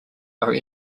are